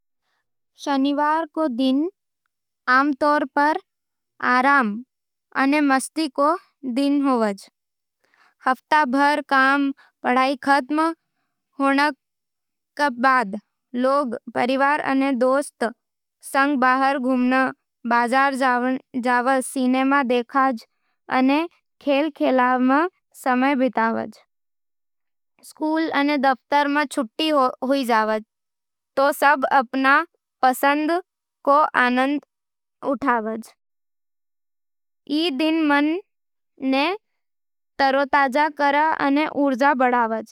शनिवार रो दिन आमतौर पर आराम अने मस्ती रो दिन होवज। हफ्ता भर रा काम-पढ़ाई खतम होण पाछै, लोग परिवार अने दोस्तों संग बाहर घुमण, बाजार जावण, सिनेमा देखण अने खेल-खेलाव में समय बितावै। स्कूल अने दफ्तर में छुट्टी होवां सै, तो सब अपन पसंद रो आनंद उठावै। ई दिन मन ने तरोताजा करै अने ऊर्जा बढ़ावै।